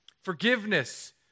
forgiveness